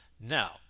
Now